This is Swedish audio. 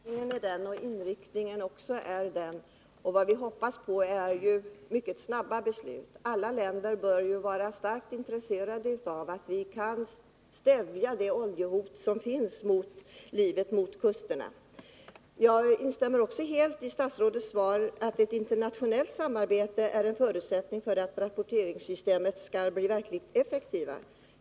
Fru talman! Jag tackar för statsrådets uttalande om målsättningen och inriktningen i fråga om det här arbetet. Vad vi nu hoppas på är mycket snabbare beslut. Alla länder bör vara starkt intresserade av att vi kan undanröja oljehotet mot livet i kustområdena. Jag instämmer också helt med det som sägs i statsrådets svar, att ett internationellt samarbete är en förutsättning för att rapporteringssystemen skall bli verkligt effektiva.